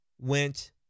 went